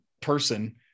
person